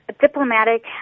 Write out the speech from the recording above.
diplomatic